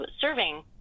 serving